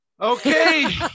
okay